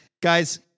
Guys